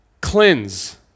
cleanse